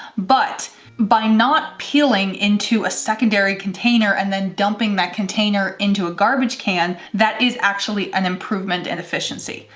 but by not peeling into a secondary container and then dumping that container into a garbage can, that is actually an improvement in and efficiency.